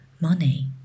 money